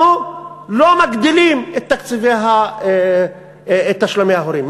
אנחנו לא מגדילים את תשלומי ההורים.